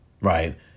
right